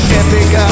epic